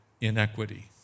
inequity